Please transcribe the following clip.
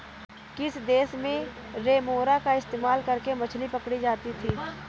किस देश में रेमोरा का इस्तेमाल करके मछली पकड़ी जाती थी?